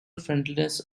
friendliness